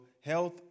health